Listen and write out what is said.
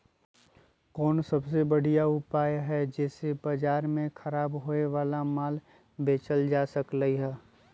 कोन सबसे बढ़िया उपाय हई जे से बाजार में खराब होये वाला माल बेचल जा सकली ह?